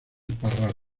parral